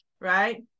right